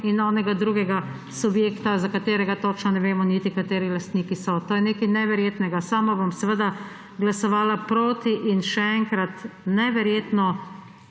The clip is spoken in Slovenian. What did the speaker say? in onega drugega subjekta, za katerega točno niti ne vemo, kdo so lastniki. To je nekaj neverjetnega. Sama bom glasovala proti. In še enkrat, neverjetno